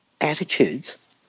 attitudes